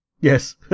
Yes